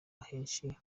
ahenshi